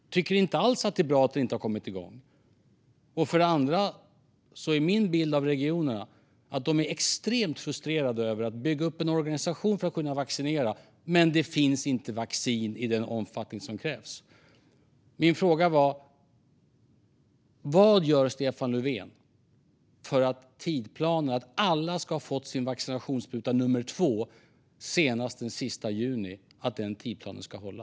De tycker inte alls att det är bra att vi inte har kommit igång. För det andra är min bild av regionerna att de är extremt frustrerade. De bygger upp en organisation för att kunna vaccinera, men det finns inte vaccin i den omfattning som krävs. Min fråga var vad Stefan Löfven gör för att tidsplanen att alla ska ha fått sin vaccinationsspruta nummer två senast den sista juni ska hålla.